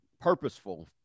purposeful